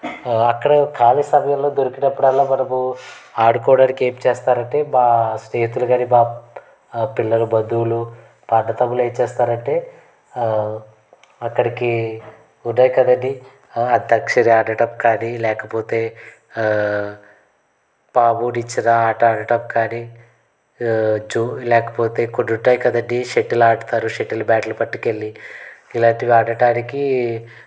అక్కడ ఖాళీ సమయంలో దొరికినప్పుడల్లా మనము ఆడుకోవడానికి ఏం చేస్తారంటే అంటే మా స్నేహితులు గాని పిల్లల బంధువులు మా అన్నదమ్ములు ఏం చేస్తారంటే అక్కడికి ఉన్నాయి కదండీ అంతాక్షరి ఆడడం కానీ లేకపోతే పాము నిచ్చెన ఆట ఆడడం కానీ చ్చు లేకపోతే కొన్ని ఉంటాయి కదండీ షటిల్ ఆడతారు షటిల్ బ్యాట్లు పట్టుకెళ్ళి ఇలాంటివి ఆడటానికి